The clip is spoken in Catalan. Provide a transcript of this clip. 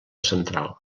central